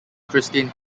christian